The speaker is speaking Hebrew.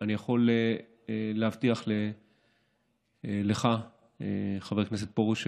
אני יכול להבטיח לך, חבר הכנסת פרוש,